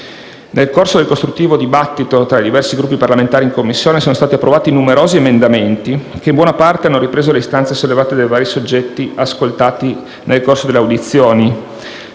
Nel corso del costruttivo dibattito tra i diversi Gruppi parlamentari in Commissione sono stati approvati numerosi emendamenti, che in buona parte hanno ripreso le istanze sollevate dai vari soggetti ascoltati nel corso delle audizioni.